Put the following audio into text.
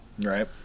Right